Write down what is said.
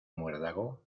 muérdago